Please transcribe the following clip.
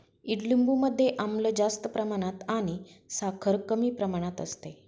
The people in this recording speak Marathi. ईडलिंबू मध्ये आम्ल जास्त प्रमाणात आणि साखर कमी प्रमाणात असते